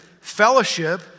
fellowship